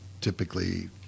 typically